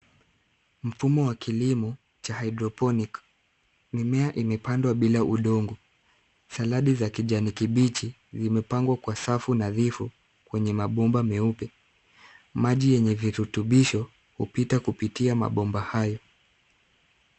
Mfumo wa kilimo cha hydroponic . Mimea imepandwa bila udongo. Saladi za kijani kibichi zimepangwa kwa safu nadhifu kwenye mabomba meupe. Maji yenye virutubisho hupita kupitia mabomba hayo.